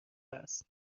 است